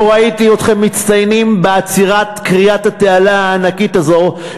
לא ראיתי אתכם מצטיינים בעצירת כריית התעלה הענקית הזאת,